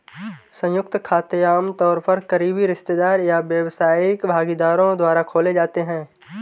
संयुक्त खाते आमतौर पर करीबी रिश्तेदार या व्यावसायिक भागीदारों द्वारा खोले जाते हैं